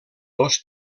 dos